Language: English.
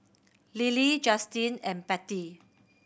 Lilly Justine and Patty